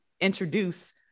introduce